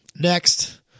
next